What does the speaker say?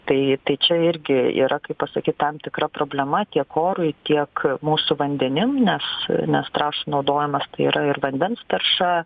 tai tai čia irgi yra kaip pasakyt tam tikra problema tiek orui tiek mūsų vandenim nes nes trąšų naudojimas yra ir vandens tarša